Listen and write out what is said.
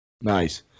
Nice